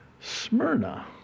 Smyrna